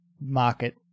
market